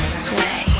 sway